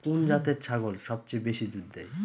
কোন জাতের ছাগল সবচেয়ে বেশি দুধ দেয়?